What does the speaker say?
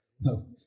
No